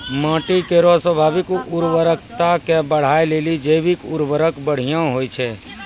माटी केरो स्वाभाविक उर्वरता के बढ़ाय लेलि जैविक उर्वरक बढ़िया होय छै